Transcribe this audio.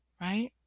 right